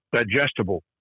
digestible